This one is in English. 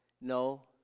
No